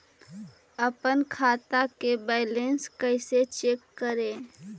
अपन खाता के बैलेंस कैसे चेक करे?